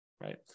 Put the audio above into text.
Right